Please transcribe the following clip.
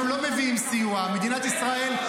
אנחנו לא מביאים סיוע, מדינת ישראל.